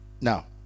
Now